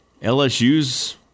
LSU's